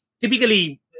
Typically